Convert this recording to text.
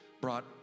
brought